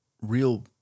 real